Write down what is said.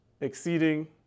exceeding